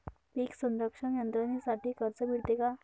पीक संरक्षण यंत्रणेसाठी कर्ज मिळते का?